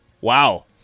Wow